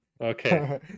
Okay